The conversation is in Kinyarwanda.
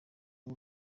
w’u